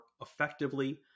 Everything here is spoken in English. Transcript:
effectively